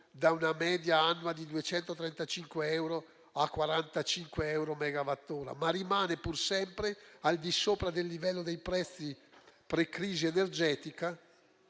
da una media annua di 235 euro a una di 45 euro megawatt/ora, ma rimane pur sempre al di sopra del livello dei prezzi pre-crisi energetica.